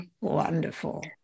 Wonderful